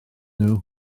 nhw